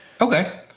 Okay